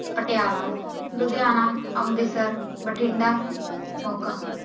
Patiala Ludhiana Amritsar Bathinda Moga